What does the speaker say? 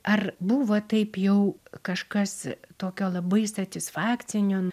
ar buvo taip jau kažkas tokio labai satisfakcinio